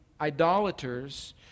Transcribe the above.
idolaters